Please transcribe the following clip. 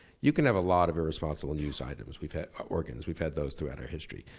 you can have a lot of irresponsible news items, we've had organs, we've had those throughout our history.